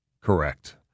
Correct